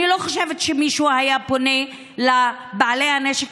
אני לא חושבת שמישהו היה פונה לבעלי הנשק